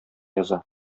яза